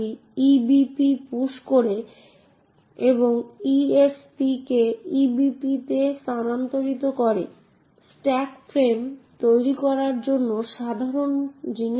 DAC access control নীতিতে অ্যাক্সেসটি একজন অনুরোধকারীর পরিচয়ের উপর ভিত্তি করে কিছু অ্যাক্সেস রয়েছে যে নিয়মগুলি সংজ্ঞায়িত করা হয়